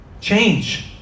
change